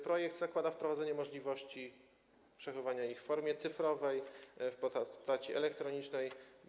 Projekt zakłada wprowadzenie możliwości przechowywania dokumentacji w formie cyfrowej, w postaci elektronicznej.